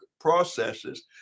processes